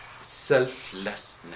selflessness